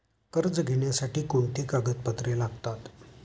कर्ज घेण्यासाठी कोणती कागदपत्रे लागतात?